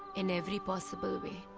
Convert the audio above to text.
in every possible way.